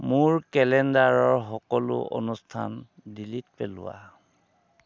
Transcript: মোৰ কেলেণ্ডাৰৰ সকলো অনুষ্ঠান ডিলিট পেলোৱা